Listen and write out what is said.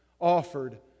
offered